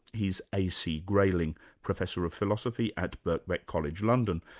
he's a. c. grayling, professor of philosophy at birkbeck college, london,